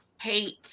hate